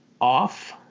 off